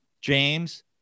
James